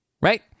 Right